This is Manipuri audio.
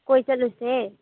ꯀꯣꯏ ꯆꯠꯂꯨꯁꯦ